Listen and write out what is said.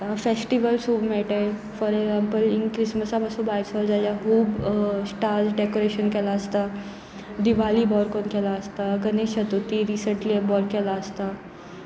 festivals खूब मेळटा for example इंग क्रिसमसा पासून बायर सो जाल्यार खूब स्टार्स डेकोरेशन केलां आसता दिवाली बरें कोन केला आसता गणेश चतुर्थी रिसंटली बरें केला आसता